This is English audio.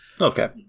Okay